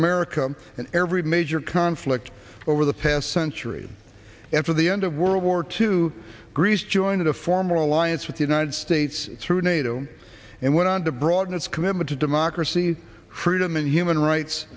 america and every major conflict over the past century after the end of world war two greece joined a formal alliance with the united states through nato and went on to broaden its commitment to democracy freedom and human rights